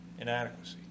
inadequacy